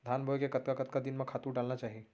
धान बोए के कतका कतका दिन म खातू डालना चाही?